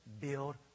build